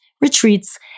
retreats